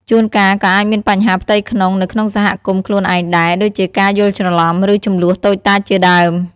ជួនកាលក៏អាចមានបញ្ហាផ្ទៃក្នុងនៅក្នុងសហគមន៍ខ្លួនឯងដែរ ដូចជាការយល់ច្រឡំ ឬជម្លោះតូចតាចជាដើម ។